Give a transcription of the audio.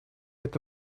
это